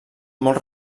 molt